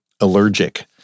Allergic